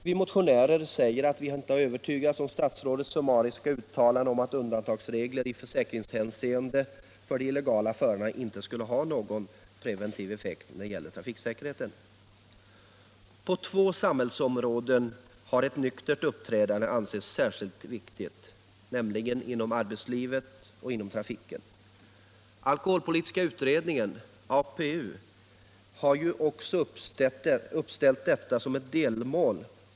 Vi motionärer säger att vi inte har övertygats av statsrådets summariska uttalande om att undantagsregler i försäkringshänseende för de illegala förarna inte skulle ha någon som helst preventiv effekt när det gäller trafiksäkerhet. På två samhällsområden har ett nyktert uppträdande ansetts särskilt viktigt: i arbetslivet och inom trafiken. Alkoholpolitiska utredningen, APU, har också uppställt detta som ett delmål.